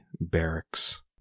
barracks